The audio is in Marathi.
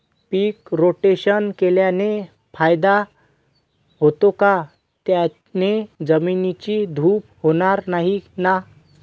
पीक रोटेशन केल्याने फायदा होतो का? त्याने जमिनीची धूप होणार नाही ना?